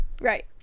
right